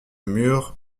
mur